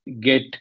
get